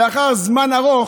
לאחר זמן ארוך,